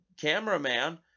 cameraman